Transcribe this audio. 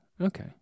Okay